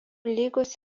lygos